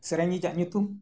ᱥᱮᱨᱮᱧᱤᱡᱟᱜ ᱧᱩᱛᱩᱢ